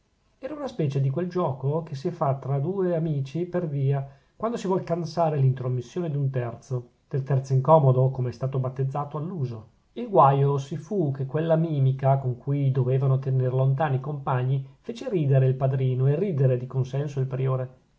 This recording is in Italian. era una specie di quel giuoco che si fa tra due amici per via quando si vuol cansare l'intromissione d'un terzo del terzo incomodo come è stato battezzato dall'uso il guaio si fu che quella mimica con cui dovevano tener lontani i compagni fece ridere il padrino e ridere di consenso